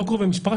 לא קרובי משפחה,